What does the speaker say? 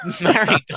married